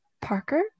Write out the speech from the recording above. parker